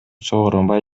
сооронбай